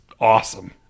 awesome